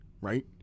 right